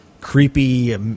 creepy